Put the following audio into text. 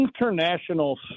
International